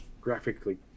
graphically